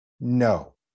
no